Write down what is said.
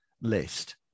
list